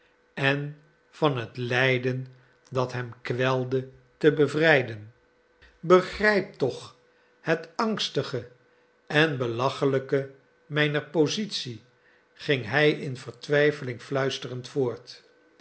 en van het lijden dat hem kwelde te bevrijden begrijp toch het angstige en belachelijke mijner positie ging hij in vertwijfeling fluisterend voort